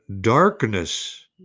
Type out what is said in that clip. darkness